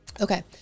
okay